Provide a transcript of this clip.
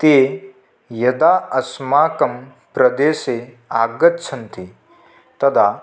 ते यदा अस्माकं प्रदेशे आगच्छन्ति तदा